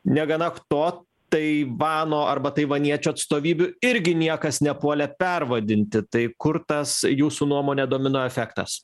negana to taivano arba taivaniečių atstovybių irgi niekas nepuolė pervadinti tai kur tas jūsų nuomone domino efektas